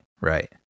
Right